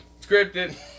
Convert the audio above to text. Scripted